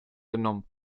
genommen